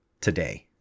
today